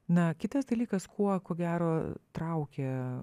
na kitas dalykas kuo ko gero traukia